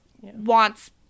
wants